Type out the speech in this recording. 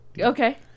Okay